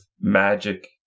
magic